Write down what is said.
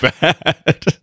bad